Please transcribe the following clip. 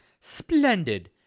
Splendid